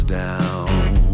down